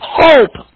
hope